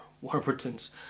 Warburton's